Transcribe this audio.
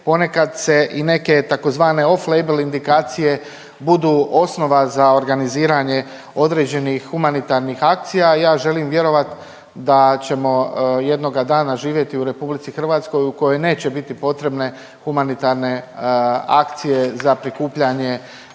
Ponekad se i tzv. off-label indikacije budu osnova za organiziranje određenih humanitarnih akcija. Ja želim vjerovati da ćemo jednoga dana živjeti u RH u kojoj neće biti potrebne humanitarne akcije za prikupljanje